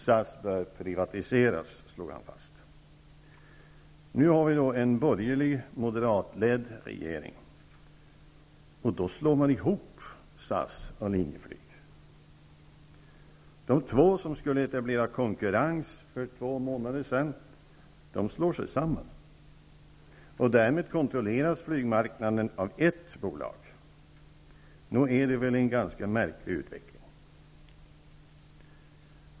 SAS bör privatiseras, slog han fast. Nu har vi en borgerlig, moderatledd regering. Då slår man ihop SAS och Linjeflyg. De två som skulle etablera konkurrens för två månader sedan slår sig samman. Därmed kontrolleras flygmarknaden av ett bolag. Nog är det väl en ganska märklig utveckling.